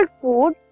food